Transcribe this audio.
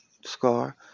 Scar